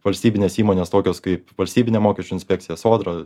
valstybinės įmonės tokios kaip valstybinė mokesčių inspekcija sodra